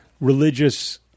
religious